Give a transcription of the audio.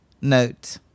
note